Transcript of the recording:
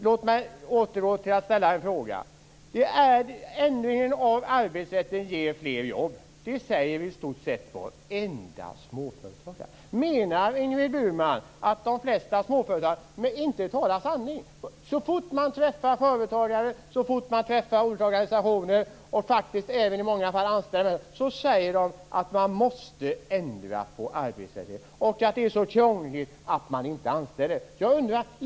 Låt mig då ställa en fråga. Ändringen av arbetsrätten ger fler jobb, säger i stort sett varenda småföretagare. Menar Ingrid Burman att de flesta småföretagare inte talar sanning? Så fort man träffar företagare och olika organisationer, och även i många fall anställda, säger de att arbetsrätten måste ändras, att det är så krångligt att de inte vill anställa.